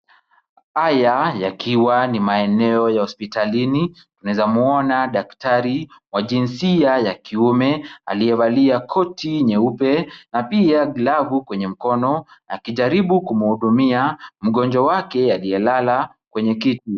Haya yakiwa ni maeneo ya hospitalini, unaweza mwona daktari wa jinsia ya kiume, aliyevalia koti nyeupe, na pia glavu kwenye mkono, akijaribu kumhudumia mgonjwa wake aliyelala kwenye kiti.